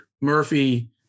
Murphy